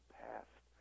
past